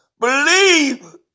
Believe